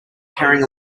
carrying